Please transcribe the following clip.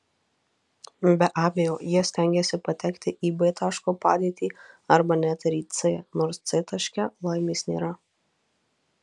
be abejo jie stengiasi patekti į b taško padėtį arba net ir į c nors c taške laimės nėra